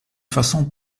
façon